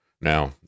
Now